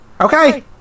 okay